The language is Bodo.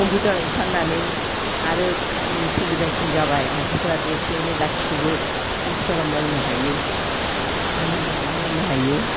कम्पिउटार ओंखारनानै आरो सुबिदासिन जाबाय मानसिफ्रा दसेयावनो गासिखौबो कम्पिउटाराव मावनो हायो मिनिटआवनो मावनो हायो